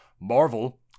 Marvel